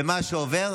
ומה שעובר,